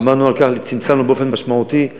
עמדנו על כך וצמצמנו באופן משמעותי את